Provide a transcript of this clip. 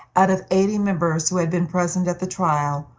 out of eighty members who had been present at the trial,